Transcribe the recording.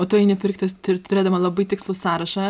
o tu eini pirktis turėdama labai tikslų sąrašą